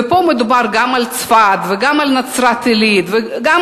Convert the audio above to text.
ופה מדובר גם על צפת וגם על נצרת-עילית וגם